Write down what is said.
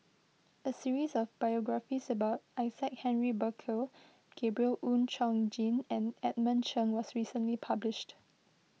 a series of biographies about Isaac Henry Burkill Gabriel Oon Chong Jin and Edmund Cheng was recently published